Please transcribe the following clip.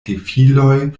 gefiloj